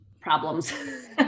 problems